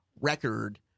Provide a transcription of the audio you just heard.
record